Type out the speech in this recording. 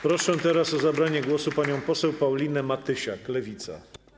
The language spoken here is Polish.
Proszę teraz o zabranie głosu panią poseł Paulinę Matysiak, Lewica.